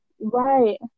Right